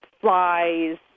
flies